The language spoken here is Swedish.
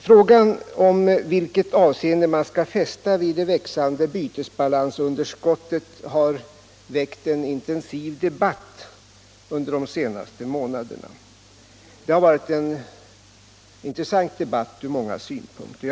Frågan om vilket avseende man skall fästa vid det växande bytesbalansunderskottet har väckt en intensiv och ur många synpunkter intressant debatt under de senaste månaderna.